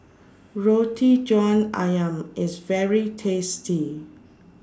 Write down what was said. Roti John Ayam IS very tasty